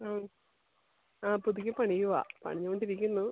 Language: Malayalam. ആ ആ പുതുക്കി പണിയുവാ പണിഞ്ഞുകൊണ്ടിരിക്കുന്നു